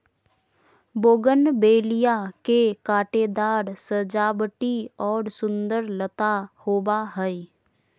bougainvillea के कांटेदार सजावटी और सुंदर लता होबा हइ